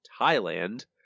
Thailand